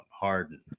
Harden